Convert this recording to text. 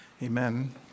Amen